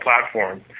platform